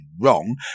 wrong